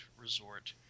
resort